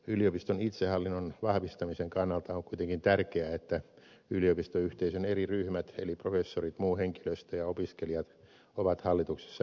yliopiston itsehallinnon vahvistamisen kannalta on kuitenkin tärkeää että yliopistoyhteisön eri ryhmät eli professorit muu henkilöstö ja opiskelijat ovat hallituksessa edustettuina